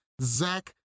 Zach